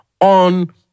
on